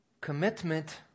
commitment